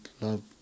love